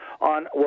on